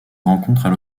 rencontrent